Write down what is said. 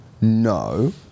No